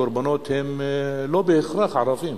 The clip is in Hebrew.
הקורבנות הם לא בהכרח ערבים,